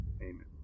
amen